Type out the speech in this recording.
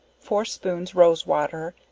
four spoons rose-water,